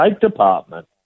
Department